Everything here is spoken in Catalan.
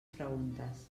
preguntes